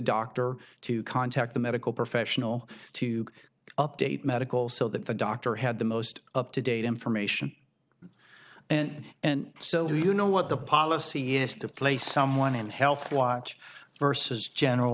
doctor to contact the medical professional to update medical so that the doctor had the most up to date information and and so do you know what the policy is to place someone in health watch versus general